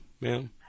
ma'am